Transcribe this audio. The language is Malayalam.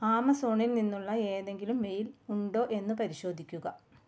ആമസോണിൽ നിന്നുള്ള ഏതെങ്കിലും മെയിൽ ഉണ്ടോ എന്ന് പരിശോധിക്കുക